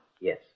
Yes